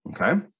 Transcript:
Okay